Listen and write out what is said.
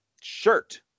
shirt